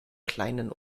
kleinen